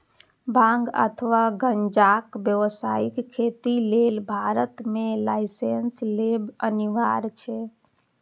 भांग अथवा गांजाक व्यावसायिक खेती लेल भारत मे लाइसेंस लेब अनिवार्य छै